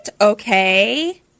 Okay